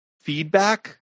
feedback